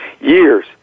years